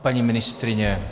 Paní ministryně?